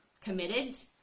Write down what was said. committed